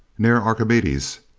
near archimedes.